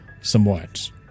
somewhat